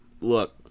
Look